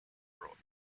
fraud